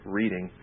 reading